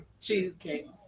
cheesecake